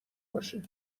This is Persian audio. باشه